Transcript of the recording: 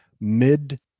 Mid